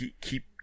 keep